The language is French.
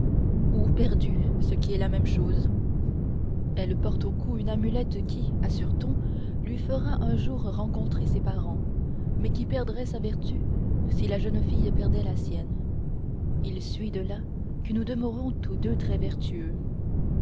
ou perdu ce qui est la même chose elle porte au cou une amulette qui assure-t-on lui fera un jour rencontrer ses parents mais qui perdrait sa vertu si la jeune fille perdait la sienne il suit de là que nous demeurons tous deux très vertueux